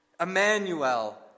Emmanuel